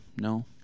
no